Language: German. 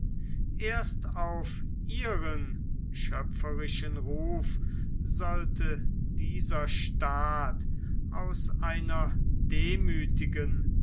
erst auf ihren schöpferischen ruf sollte dieser staat aus einer demüthigen